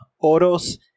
Oros